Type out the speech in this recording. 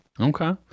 Okay